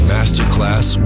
Masterclass